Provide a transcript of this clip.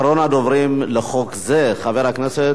אחרון הדוברים לחוק זה, חבר הכנסת